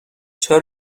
چرا